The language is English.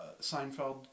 Seinfeld